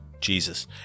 jesus